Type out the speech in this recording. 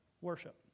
worship